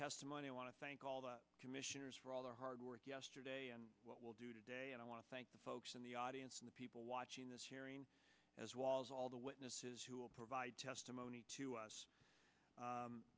testimony i want to thank all the commissioners for all their hard work yesterday and what we'll do today and i want to thank the folks in the audience the people watching this hearing as was all the witnesses who will provide testimony to us